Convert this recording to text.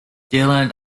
dylan